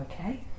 Okay